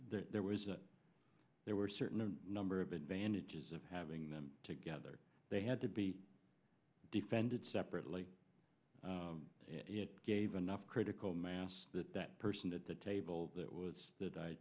there was a there were certain number of advantages of having them together they had to be defended separately it gave enough critical mass that that person at the table that was that i